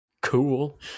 Cool